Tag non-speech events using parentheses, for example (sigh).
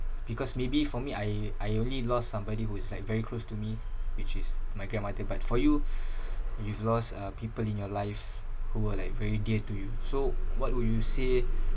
because maybe for me I I only lost somebody who is like very close to me which is my grandmother but for you (breath) you've lost uh people in your life who were like very dear to you so what would you say